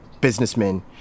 businessmen